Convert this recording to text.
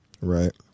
right